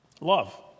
Love